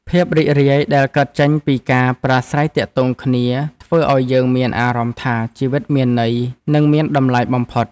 ភាពរីករាយដែលកើតចេញពីការប្រាស្រ័យទាក់ទងគ្នាធ្វើឱ្យយើងមានអារម្មណ៍ថាជីវិតមានន័យ និងមានតម្លៃបំផុត។